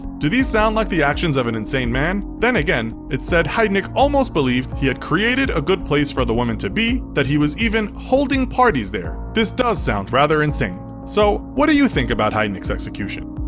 do these sound like the actions of an insane man? then again, it's said heidnik almost believed he had created a good place for the women to be, that he was even holding parties there. this does sound rather insane. so, what do you think about heidnik's execution?